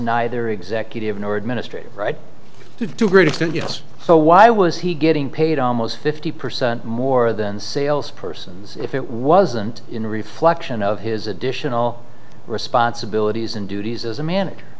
neither executive nor administrative right to a great extent yes so why was he getting paid almost fifty percent more than salespersons if it wasn't in reflection of his additional responsibilities and duties as a manager